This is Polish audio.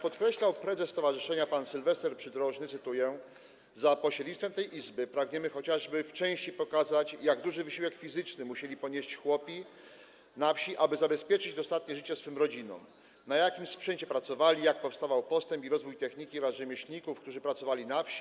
Prezes stowarzyszenia pan Sylwester Przydrożny podkreślał, cytuję: Za pośrednictwem tej izby pragniemy chociażby w części pokazać, jak duży wysiłek fizyczny musieli ponieść chłopi na wsi, aby zabezpieczyć dostatnie życie swym rodzinom, na jakim sprzęcie pracowali, jak przebiegał postęp i rozwój techniki oraz rzemieślników, którzy pracowali na wsi.